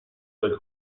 del